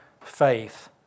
faith